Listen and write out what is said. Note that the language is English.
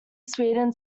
sweden